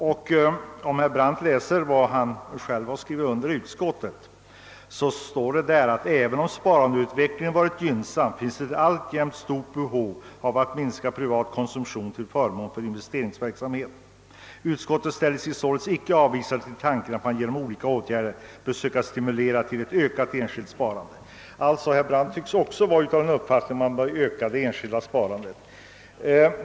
Om herr Brandt läser det betänkande som han själv har skrivit under i utskottet, finner han där: »Även om sparandeutvecklingen varit gynnsam finns det alltjämt stort behov av att minska privat konsumtion till förmån för investeringsverksamhet. Utskottet ställer sig således inte avvisande till tanken att man genom olika åtgärder bör söka stimulera till ett ökat enskilt sparande.» Herr Brandt tycks därför också vara av den uppfattningen att man bör öka det enskilda sparandet.